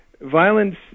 Violence